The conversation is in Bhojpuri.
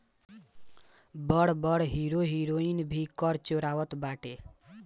बड़ बड़ हीरो हिरोइन भी कर चोरावत बाटे